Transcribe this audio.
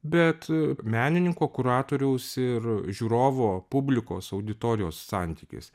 bet menininko kuratoriaus ir žiūrovo publikos auditorijos santykis